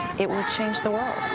it will change the world.